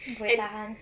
buay tahan